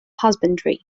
husbandry